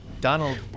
Donald